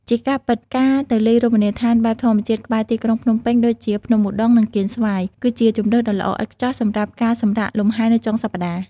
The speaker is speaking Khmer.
ជាការពិត ការទៅលេងរមណីយដ្ឋានបែបធម្មជាតិក្បែរទីក្រុងភ្នំពេញដូចជាភ្នំឧដុង្គ និងកៀនស្វាយ គឺជាជម្រើសដ៏ល្អឥតខ្ចោះសម្រាប់ការសម្រាកលំហែនៅចុងសប្តាហ៍។